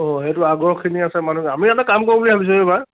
অঁ সেইটো আগ্ৰহখিনি আছে মানুহে আমি এটা কাম কৰোঁ বুলি ভাবিছোঁ এইবাৰ